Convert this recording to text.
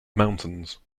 mountains